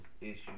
issues